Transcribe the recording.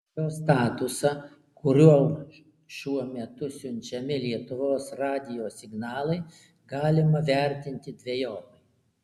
jo statusą kuriuo šiuo metu siunčiami lietuvos radijo signalai galima vertinti dvejopai